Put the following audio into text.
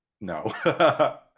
no